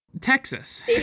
Texas